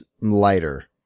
lighter